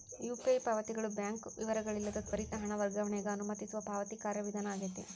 UPI ಪಾವತಿಗಳು bank ವಿವರಗಳಿಲ್ಲದ ತ್ವರಿತ ಹಣ ವರ್ಗಾವಣೆಗ ಅನುಮತಿಸುವ ಪಾವತಿ ಕಾರ್ಯವಿಧಾನ ಆಗೆತಿ